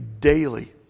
daily